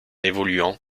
évoluant